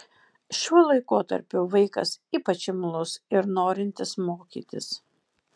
šiuo laikotarpiu vaikas ypač imlus ir norintis mokytis